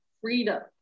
freedom